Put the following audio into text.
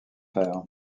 fer